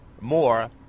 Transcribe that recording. more